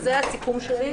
אז זה הסיכום שלי.